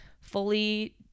fully